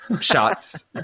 shots